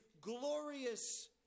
glorious